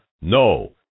No